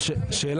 שמונה.